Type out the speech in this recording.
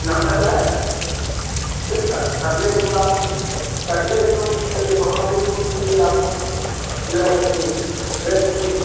नास्ता तो है ना दे दूँ का कटलेट दूँ आपको कटलेट दूँ कि पकौड़ी दूँ कि आपको जो है ब्रेड क्रीम रोल